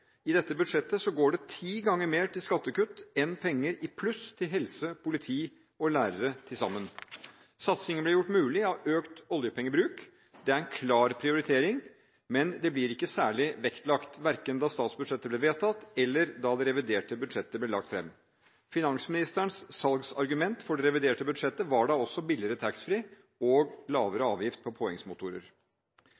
i dette budsjettet går det ti ganger mer til skattekutt enn penger i pluss til helse, politi og lærere til sammen. Satsingen ble gjort mulig av økt oljepengebruk. Det er en klar prioritering, men det ble ikke særlig vektlagt, verken da statsbudsjettet ble vedtatt, eller da det reviderte budsjettet ble lagt fram. Finansministerens salgsargument for det reviderte budsjettet var da også billigere taxfree og lavere